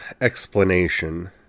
explanation